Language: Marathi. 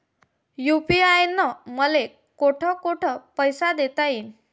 यू.पी.आय न मले कोठ कोठ पैसे देता येईन?